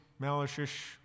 Malishish